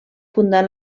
fundar